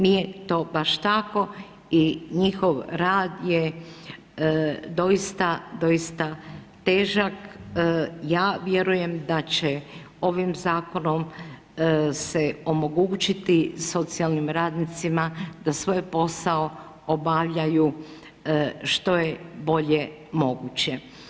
Nije to baš tako i njihov rad je doista, doista težak, ja vjerujem da će ovim zakonom se omogućiti socijalnim radnicima da svoj posao obavljaju što je bolje moguće.